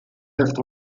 lift